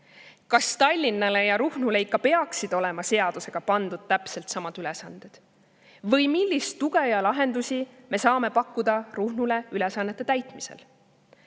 Kas Tallinnale ja Ruhnule ikka peaksid olema seadusega pandud täpselt samad ülesanded või millist tuge ja milliseid lahendusi me saame pakkuda Ruhnule ülesannete täitmisel?